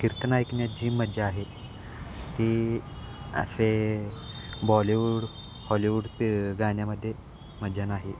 कीर्तन ऐकण्यात जी मजा आहे ती असे बॉलीवूड हॉलीवूड ते गाण्यामध्ये मजा नाही